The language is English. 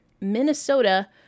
Minnesota